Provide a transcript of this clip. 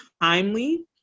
timely